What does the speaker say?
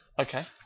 Okay